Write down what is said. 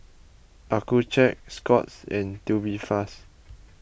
Accucheck Scott's and Tubifast